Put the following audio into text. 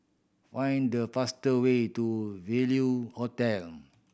find the faster way to Value Hotel